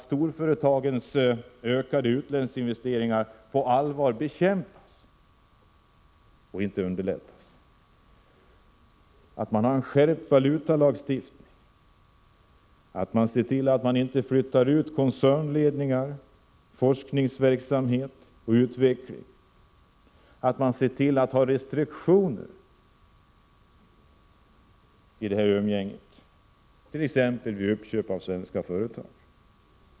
Storföretagens ökade utlandsinvesteringar måste på allvar bekämpas och inte underlättas. Valutalagstiftningen måste skärpas. Man skall se till att koncernledningar, forskningsverksamhet och utveckling inte flyttas ut. Man måste införa restriktioner i detta umgänge, t.ex. vid uppköp av svenska företag.